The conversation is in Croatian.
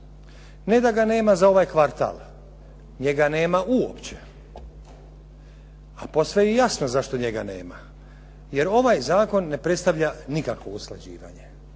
Ne da ga nema za ovaj kvartal, njega nema uopće, a posve je i jasno zašto njega nema, jer ovaj zakon ne predstavlja nikakvo usklađivanje,